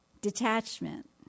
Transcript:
Detachment